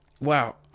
Wow